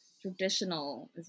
traditional